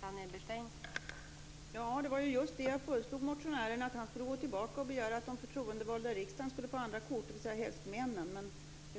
Fru talman! Det var ju just det jag föreslog motionären, dvs. att han skulle gå tillbaka och begära att de förtroendevalda i riksdagen, helst männen, skulle